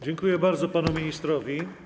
Dziękuję bardzo panu ministrowi.